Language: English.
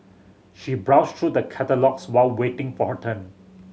she browsed through the catalogues while waiting for her turn